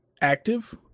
active